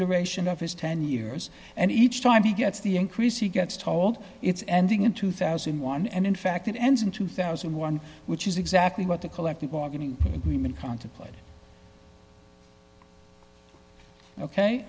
duration of his ten years and each time he gets the increase he gets told it's ending in two thousand and one and in fact it ends in two thousand and one which is exactly what the collective bargaining agreement con